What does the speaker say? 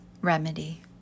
Remedy